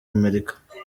amerika